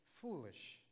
foolish